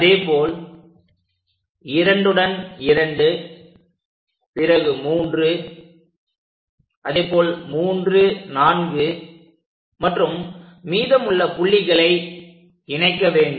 அதேபோல் 2 உடன் 2பிறகு 3 அதேபோல் 34 மற்றும் மீதமுள்ள புள்ளிகளை இணைக்க வேண்டும்